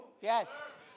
Yes